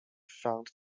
found